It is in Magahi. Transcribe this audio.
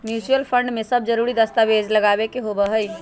म्यूचुअल फंड में सब जरूरी दस्तावेज लगावे के होबा हई